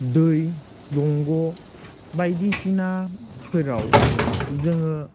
दै दंग' बायदिसिनाफोराव जोङो